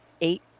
eight